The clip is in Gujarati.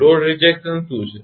લોડ રિજેક્શન શું છે